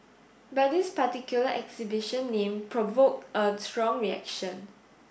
but this particular exhibition name provoked a strong reaction